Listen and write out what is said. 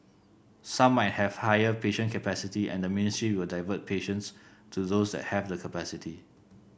some might have higher patient capacity and the ministry will divert patients to those that have the capacity